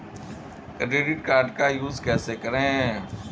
Credit card का use कैसे करें?